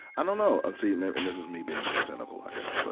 i don't know. and see, and this is me being cynical, i guess. but